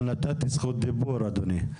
אבל נתתי זכות דיבור אדוני.